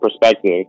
perspective